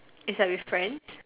is like with friends